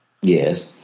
Yes